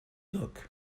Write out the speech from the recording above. look